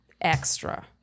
extra